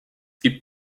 gibt